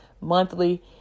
monthly